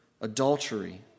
adultery